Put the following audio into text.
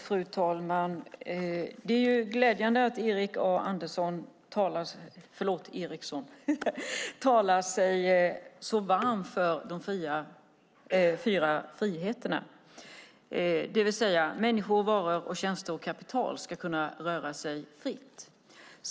Fru talman! Det är glädjande att Erik A Eriksson talar sig varm för de fyra friheterna, det vill säga att människor, varor, tjänster och kapital ska få röra sig fritt.